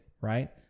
right